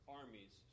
armies